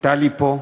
טלי פה,